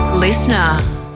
Listener